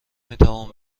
میتوان